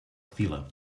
fila